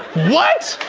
what!